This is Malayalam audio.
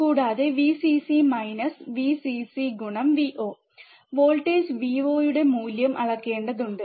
കൂടാതെ Vcc minus VccVo voltage Vo യുടെ മൂല്യം അളക്കേണ്ടതുണ്ട്